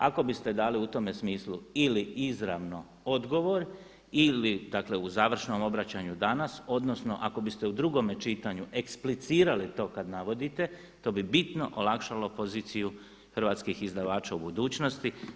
Ako biste dali u tome smislu ili izravno odgovor ili dakle u završnom obraćanju danas odnosno ako biste u drugome čitanju eksplicirali to kad navodite to bi bitno olakšalo poziciju hrvatskih izdavača u budućnosti.